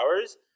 hours